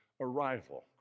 arrival